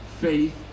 faith